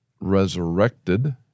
resurrected